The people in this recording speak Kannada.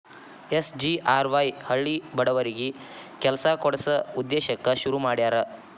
ಎಸ್.ಜಿ.ಆರ್.ವಾಯ್ ಹಳ್ಳಿ ಬಡವರಿಗಿ ಕೆಲ್ಸ ಕೊಡ್ಸ ಉದ್ದೇಶಕ್ಕ ಶುರು ಮಾಡ್ಯಾರ